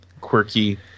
quirky